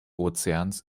ozeans